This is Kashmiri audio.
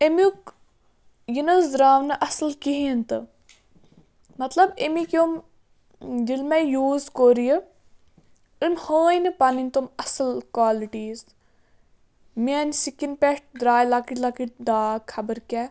اَمیُک یہِ نہٕ حظ درٛاو نہٕ اَصٕل کِہیٖنۍ تہٕ مطلب اَمِکۍ یِم ییٚلہِ مےٚ یوٗز کوٚر یہِ أمۍ ہٲے نہٕ پَنٕنۍ تِم اَصٕل کالٕٹیٖز میٛانہِ سِکِن پٮ۪ٹھ درٛاے لۄکٕٹۍ لۄکٕٹۍ داگ خبر کیٛاہ